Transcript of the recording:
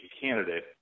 candidate